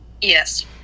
Yes